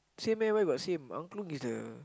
same meh where got same angklung is the